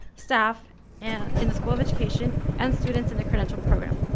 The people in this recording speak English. staff and in the school of education and students in the credential programme.